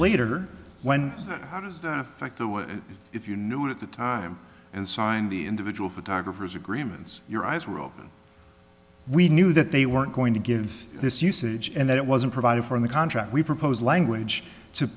that how does that affect the way if you knew it at the time and signed the individual photographers agreements your eyes were open we knew that they weren't going to give this usage and that it wasn't provided for in the contract we proposed language to